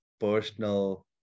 personal